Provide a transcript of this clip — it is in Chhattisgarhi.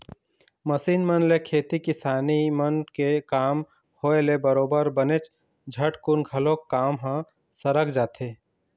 मसीन मन ले खेती किसानी मन के काम होय ले बरोबर बनेच झटकुन घलोक काम ह सरक जाथे